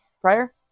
prior